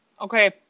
Okay